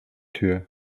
tür